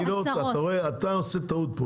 אתה עושה טעות.